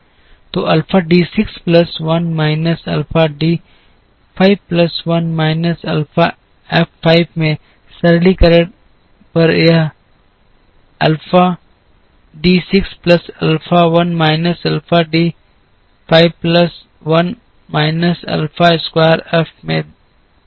तो alpha D 6 plus 1 minus alpha alpha D 5 plus 1 minus alpha F 5 में सरलीकरण पर यह alpha D 6 plus alpha 1 minus alpha D 5 plus 1 minus alpha square F 5 में देगा